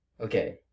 okay